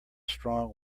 strong